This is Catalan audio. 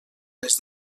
les